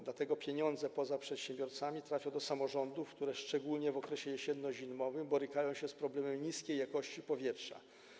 Dlatego pieniądze poza przedsiębiorcami trafią do samorządów, które szczególnie w okresie jesienno-zimowym borykają się z problemem niskiej jakości powietrza.